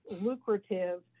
lucrative